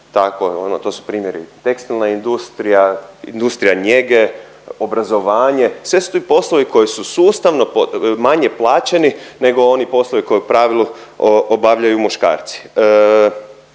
to su primjeri tekstilna industrija, industrija njege, obrazovanje sve su to poslovi koji su sustavno manje plaćeni nego oni poslovi koje u pravilu obavljaju muškarci.